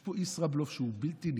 יש פה ישראבלוף שהוא בלתי נתפס.